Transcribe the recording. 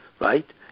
right